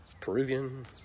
Peruvian